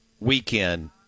weekend